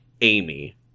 Amy